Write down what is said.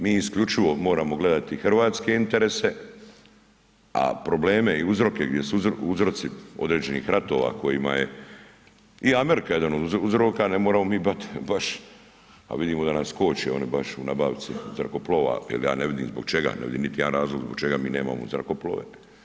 Mi isključivo moramo gledati hrvatske interese, a probleme i uzroke, gdje su uzroci određenih ratova kojima je i Amerika jedan od uzroka ne moramo mi baš, a vidimo da nas koči oni baš u nabavci zrakoplova jer ja ne vidim zbog čega, ne vidim niti jedan razlog zbog čega mi nemamo zrakoplove.